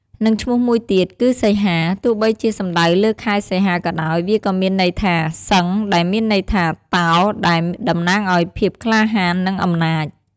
និងឈ្មោះមួយទៀតគឺសីហា ទោះបីជាសំដៅលើខែសីហាក៏ដោយ វាក៏មានន័យថា សិង្ហ ដែលមានន័យថា តោ ដែលតំណាងឲ្យភាពក្លាហាន និងអំណាច។